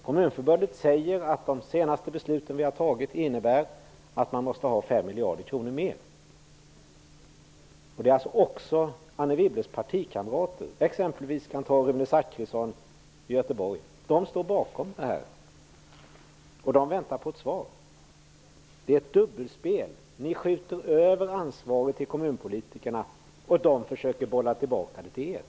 Kommunförbundet säger att de senaste besluten som har fattats innebär att man måste ha ytterligare 5 miljarder. Också Anne Wibbles partikamrater, exempelvis Rune Zachrisson i Göteborg, står bakom kravet. De väntar på ett svar. Ni ägnar er åt ett dubbelspel och skjuter över ansvaret till kommunpolitikerna, som försöker att bolla tillbaka det till er.